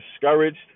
discouraged